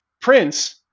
prince